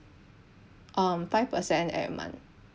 um five percent at a month